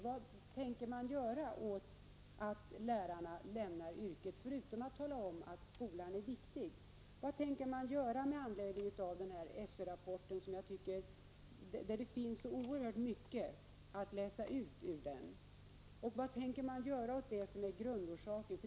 Vad tänker man göra åt det faktum att lärarna lämnar yrket förutom att säga att skolan är viktig? Vad tänker man göra med anledning av den SÖ-rapport där det finns så mycket oerhört viktigt att utläsa? Vad tänker man göra åt grundorsaken till problemen?